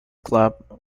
club